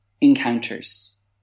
encounters